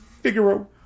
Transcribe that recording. Figaro